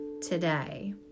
today